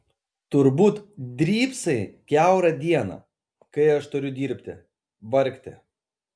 turbūt drybsai kiaurą dieną kai aš turiu dirbti vargti